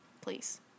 please